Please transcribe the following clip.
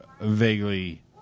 vaguely